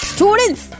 Students